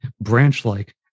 branch-like